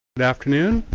good afternoon.